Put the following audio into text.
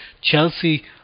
Chelsea